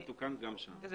זה יתוקן גם שם.